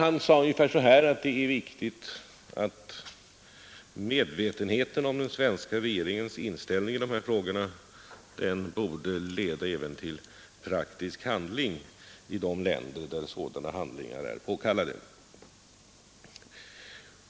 Han menade att det är viktigt att medvetenheten om den svenska regeringens inställning i dessa frågor också borde leda till praktisk handling i de länder där sådana handlingar är påkallade.